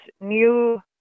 new